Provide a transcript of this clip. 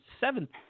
seventh